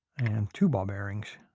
and two ball bearings.